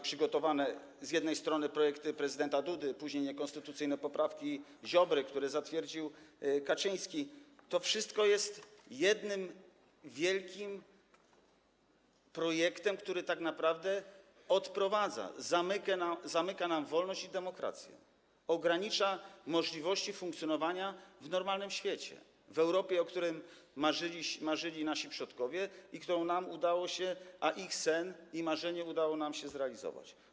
Przygotowane, z jednej strony, projekty prezydenta Dudy, później niekonstytucyjne poprawki Ziobry, które zatwierdził Kaczyński, to wszystko jest jednym wielkim projektem, który tak naprawdę odprowadza, zamyka nam wolność i demokrację, ogranicza możliwości funkcjonowania w normalnym świecie, w Europie, o której marzyli nasi przodkowi i którą, ich sen i marzenie, udało nam się zrealizować.